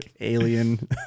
alien